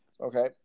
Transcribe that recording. Okay